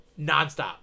nonstop